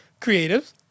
Creatives